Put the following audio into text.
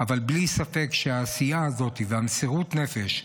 בלי ספק העשייה הזאת ומסירות הנפש,